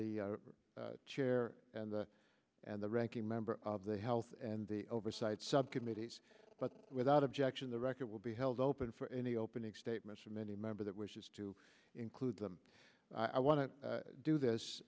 the chair and the and the ranking member of the health and the oversight subcommittee but without objection the record will be held open for any opening statements from any member that wishes to include the i want to do this